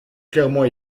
clairement